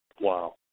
Wow